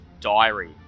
diary